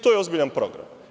To je ozbiljan program.